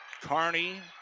Carney